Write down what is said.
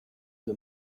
him